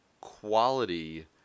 quality